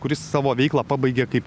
kuris savo veiklą pabaigė kaip